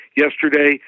yesterday